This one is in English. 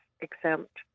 exempt